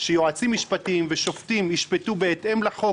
שיועצים משפטיים ושופטים ישפטו בהתאם לחוק.